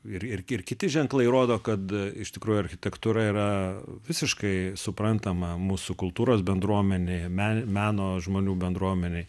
ir ir ir kiti ženklai rodo kad iš tikrųjų architektūra yra visiškai suprantama mūsų kultūros bendruomenėje meno žmonių bendruomenėj